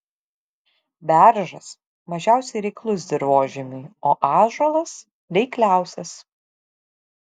beržas mažiausiai reiklus dirvožemiui o ąžuolas reikliausias